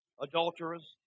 adulterers